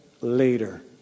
later